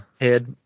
head